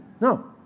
No